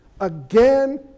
again